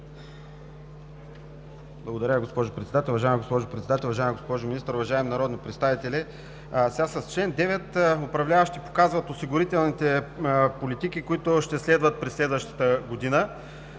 Благодаря, госпожо Председател. Уважаема госпожо Председател, уважаема госпожо Министър, уважаеми народни представители! Сега с чл. 9 управляващите показват осигурителните политики, които ще следват през следващата година,